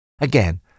Again